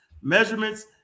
measurements